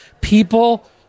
People